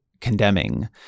condemning